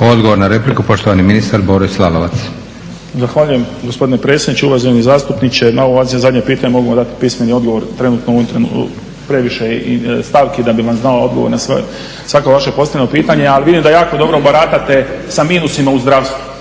Odgovor na repliku poštovani ministar Boris Lalovac. **Lalovac, Boris (SDP)** Zahvaljujem gospodine predsjedniče. Uvaženi zastupniče, na ovo vaše zadnje pitanje mogu vam dati pismeni odgovor. Trenutno je u ovom trenutku previše je stavki da bi znao odgovor na svako vaše postavljeno pitanje. Ali vidim da jako dobro baratate sa minusima u zdravstvu,